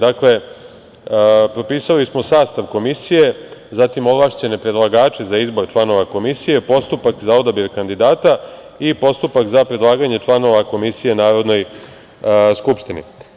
Dakle, propisali smo sastav komisije, zatim, ovlašćene predlagače za izbor članove komisije, postupak za odabir kandidata i postupak za predlaganje članove komisije Narodnoj skupštini.